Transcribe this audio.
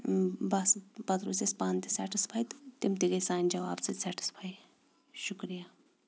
بَس پَتہٕ روٗزۍ أسۍ پانہٕ تہِ سٮ۪ٹِسفَے تہٕ تِم تہِ گٔے سانہِ جواب سۭتۍ سٮ۪ٹٕسفَے شُکریہ